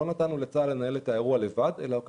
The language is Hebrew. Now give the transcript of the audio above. לא נתנו לצה"ל לנהל את האירוע לבד אלא הוקם